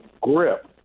grip